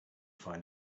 find